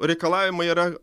reikalavimai yra